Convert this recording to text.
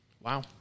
Wow